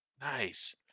Nice